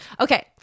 Okay